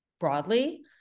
broadly